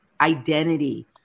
Identity